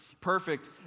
Perfect